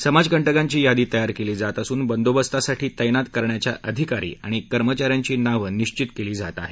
समाजकंटकांची यादी तयार क्ली जात असून बंदोबस्तासाठी तैनात करण्याच्या अधिकारी आणि कर्मचा यांची नावं निशित्त क्ली जात येत आहेत